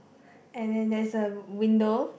and then there is a w~ window